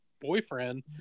boyfriend